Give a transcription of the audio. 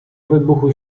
wybuchu